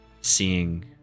seeing